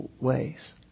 ways